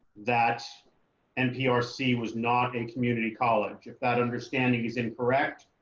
that npr see was not a community college if that understanding is incorrect.